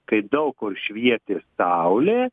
kai daug kur švietė saulė